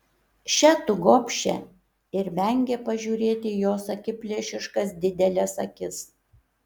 še tu gobše ir vengė pažiūrėti į jos akiplėšiškas dideles akis